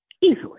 Easily